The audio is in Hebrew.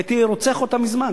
הייתי רוצח אותם מזמן,